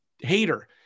Hater